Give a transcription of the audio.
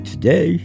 Today